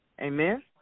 Amen